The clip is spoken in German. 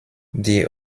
die